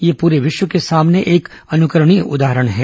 यह पूरे विश्व के सामने एक अनुकरणीय उदाहरण है